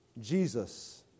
Jesus